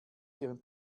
ihren